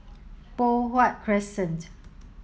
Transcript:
Poh Huat Crescent